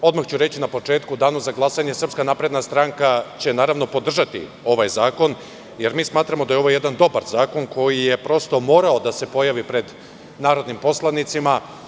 Odmah ću reći, na početku u danu za glasanje SNS će, naravno, podržati ovaj zakon, jer mi smatramo da je ovo jedan dobar zakon koji je prosto morao da se pojavi pred narodnim poslanicima.